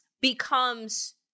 becomes